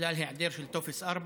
בגלל היעדר טופס 4,